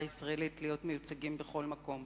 הישראלית להיות מיוצגים בכל מקום,